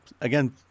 again